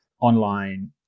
online